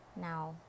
Now